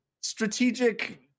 strategic